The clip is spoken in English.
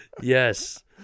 Yes